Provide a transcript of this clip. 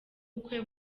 bukwe